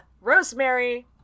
rosemary